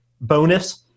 bonus